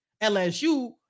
LSU